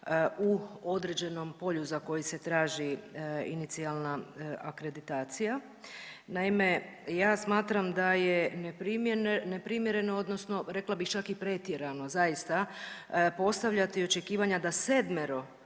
u određenom polju za koje se traži inicijalna akreditacija. Naime, ja smatram da je neprimjereno odnosno rekla bih čak i pretjerano zaista postavljati očekivanja da 7-ero